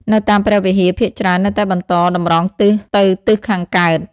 នៅតាមព្រះវិហារភាគច្រើននៅតែបន្ត តម្រង់ទិសទៅទិសខាងកើត។